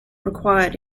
required